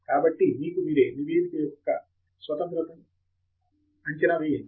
కాబట్టి మీకు మీరే నివేదిక యొక్క స్వతంత్రంగా అంచనా వేయండి